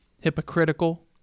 hypocritical